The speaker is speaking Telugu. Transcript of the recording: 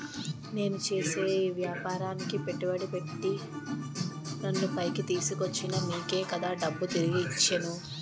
నేను చేసే ఈ వ్యాపారానికి పెట్టుబడి పెట్టి నన్ను పైకి తీసుకొచ్చిన మీకే కదా డబ్బులు తిరిగి ఇచ్చేను